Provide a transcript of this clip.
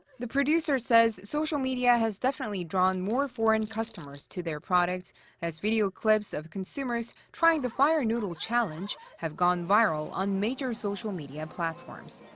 the producer says social media has definitely drawn more foreign customers to their products as video clips of consumers trying the fire noodle challenge have gone viral on major social media platforms.